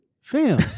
Fam